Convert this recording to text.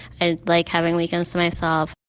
and like having weekends to myself.